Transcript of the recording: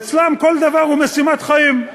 אצלם כל דבר הוא משימת חיים.